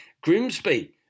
Grimsby